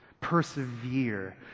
Persevere